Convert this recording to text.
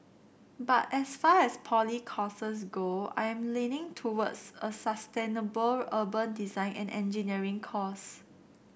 but as far as poly courses go I am leaning towards a sustainable urban design and engineering course